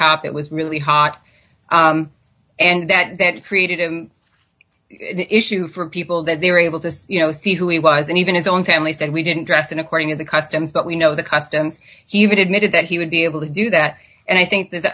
top it was really hot and that that created a issue for people that they were able to you know see who he was and even his own family said we didn't dress in according to the customs but we know the customs even admitted that he would be able to do that and i think the